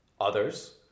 Others